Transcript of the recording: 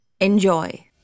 Enjoy